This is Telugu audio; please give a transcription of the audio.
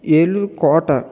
ఏలూరు కోట